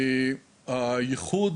הייחוד